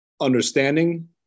understanding